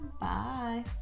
bye